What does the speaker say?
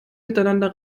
miteinander